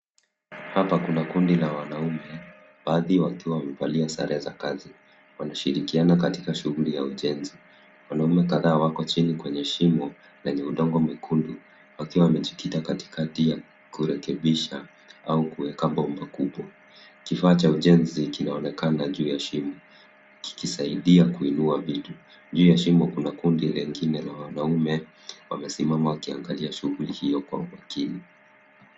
Hapa kundi la wanaume baadhi wakiwa wamevalia sare za kazi. Wanashirikiana katika shughuli ya ujenzi. Wanaume kadhaa wako chini kwenye shimo lenye udongo mwekundu wakiwa wamejikita katikati kurekebisha au kuweka bomba kubwa. Kifaa cha ujenzi kinaonekana juu ya shimo kikisaidia kuinua vitu. Juu ya shimo kuna kundi lingine ya wanaume wamesimama wakiangalia shughuli hiyo kwa umakini.